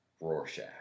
Rorschach